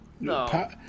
No